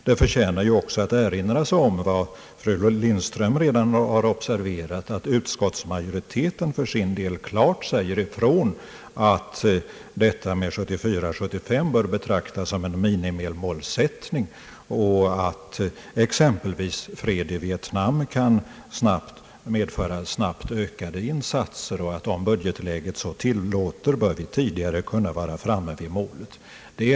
Det förtjänar också att erinras om vad fru Lindström redan har observerat, att utskottsmajoriteten för sin del klart säger ifrån att 1974/75 bör betraktas som en minimimålsättning, att exempelvis fred i Vietnam kan medföra snabbt ökade insatser och att vi om budgetläget så tillåter bör kunna vara framme vid målet tidigare.